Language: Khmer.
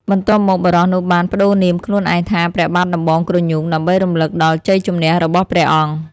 បន្ទាប់មក បុរសនោះបានប្តូរនាមខ្លួនឯងថា ព្រះបាទដំបងក្រញូង ដើម្បីរំលឹកដល់ជ័យជម្នះរបស់ព្រះអង្គ ។